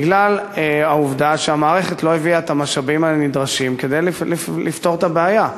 בגלל העובדה שהמערכת לא הביאה את המשאבים הנדרשים כדי לפתור את הבעיה.